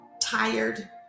tired